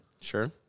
Sure